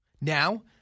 Now